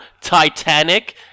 Titanic